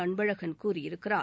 அன்பழகன் கூறியிருக்கிறார்